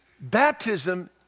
baptism